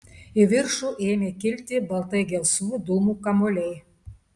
į viršų ėmė kilti baltai gelsvų dūmų kamuoliai